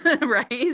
right